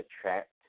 attract